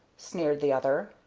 sneered the other.